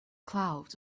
clouds